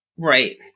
Right